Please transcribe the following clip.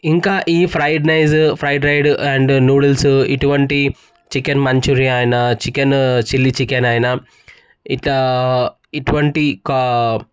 ఇంకా ఈ fried rice fried rice and noodles ఇటువంటి చికెన్ మంచూరియా అయినా చికెన్ చిల్లీ చికెన్ అయినా ఇకా ఇటువంటి కా